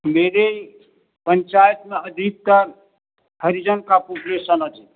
मेरे पंचायत में अधिकतर हरिजन का पोपुलेशन अधिक है